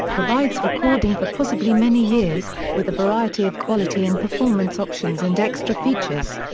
provides recording for possibly many years, with a variety of quality and performance options and extra features.